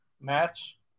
match